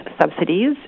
subsidies